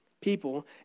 people